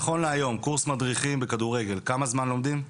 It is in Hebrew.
נכון להיום, קורס מדריכי כדורגל, כמה זמן לומדים?